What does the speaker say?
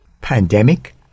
pandemic